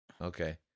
Okay